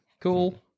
Cool